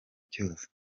cyose